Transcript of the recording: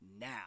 now